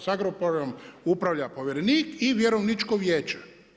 S Agrokorom upravlja povjerenik i vjerovničko vijeće.